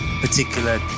particular